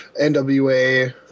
NWA